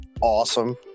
awesome